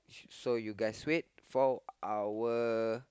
so you guys wait for our